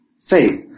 faith